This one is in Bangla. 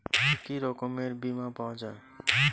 কি কি রকমের বিমা পাওয়া য়ায়?